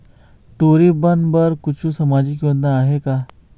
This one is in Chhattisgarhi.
टूरी बन बर कछु सामाजिक योजना आहे का?